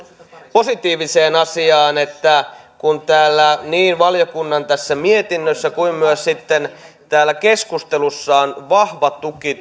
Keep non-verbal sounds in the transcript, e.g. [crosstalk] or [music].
positiiviseen asiaan että kun niin valiokunnan mietinnössä kuin myös sitten täällä keskustelussa on vahva tuki [unintelligible]